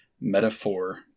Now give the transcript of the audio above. metaphor